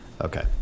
okay